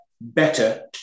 better